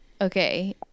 okay